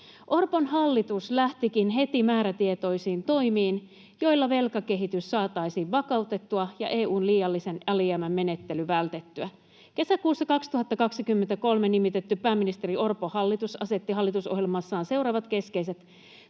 Orpon hallitus lähtikin heti määrätietoisiin toimiin, joilla velkakehitys saataisiin vakautettua ja EU:n liiallisen alijäämän menettely vältettyä. Kesäkuussa 2023 nimitetty pääministeri Orpon hallitus asetti hallitusohjelmassaan seuraavat keskeiset